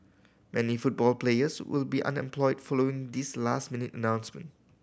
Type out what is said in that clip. many football players will be unemployed following this last minute announcement